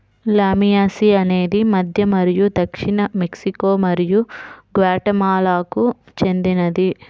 లామియాసి అనేది మధ్య మరియు దక్షిణ మెక్సికో మరియు గ్వాటెమాలాకు చెందినది